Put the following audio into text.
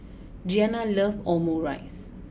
Giana love Omurice